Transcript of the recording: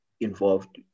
involved